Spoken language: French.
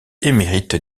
émérite